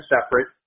separate